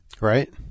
right